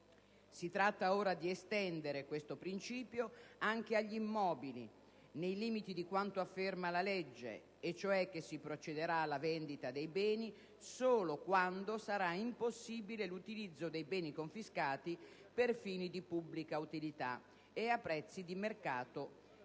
Si tratta ora di estendere questo principio anche agli immobili, nei limiti di quanto afferma la legge, nel senso che si procederà alla vendita dei beni solo quando sarà impossibile l'utilizzo dei beni confiscati per fini di pubblica utilità e a prezzi di mercato,